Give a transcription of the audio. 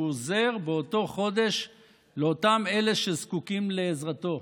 עוזר באותו חודש לאותם אלה שזקוקים לעזרתו,